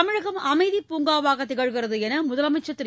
தமிழ்நாடு அமைதிப் பூங்காவாக திகழ்கிறது என்று முதலமைச்சர் திரு